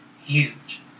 huge